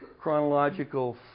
chronological